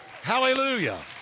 Hallelujah